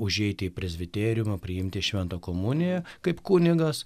užeiti į presbiteriją priimti šventą komuniją kaip kunigas